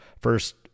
first